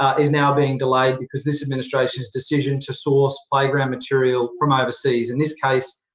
are now being delayed because this administration's decision to source playground material from overseas. in this case,